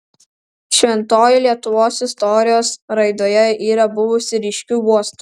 šventoji lietuvos istorijos raidoje yra buvusi ryškiu uostu